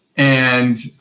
and,